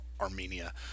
Armenia